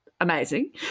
amazing